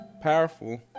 powerful